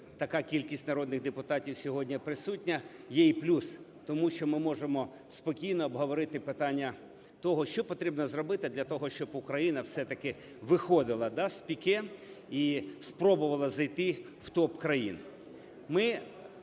така кількість народних депутатів сьогодні присутня, є і плюс. Тому що ми можемо спокійно обговорити питання того, що потрібно зробити для того, щоб Україна все-таки виходила, да, з піке і спробувала зайти в топ-країн.